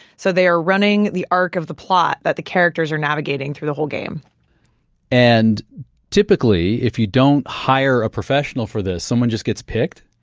so they are running the arc of the plot that the characters are navigating through the whole game and typically, if you don't hire a professional for this, someone just gets picked?